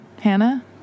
Hannah